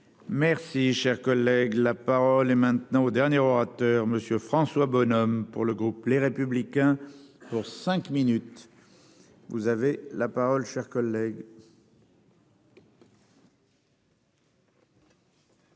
Merci, cher collègue, la parole est maintenant au dernier orateur, monsieur François Bonhomme pour le groupe Les Républicains pour cinq minutes. Vous avez la parole cher collègue.